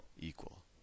equal